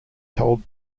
told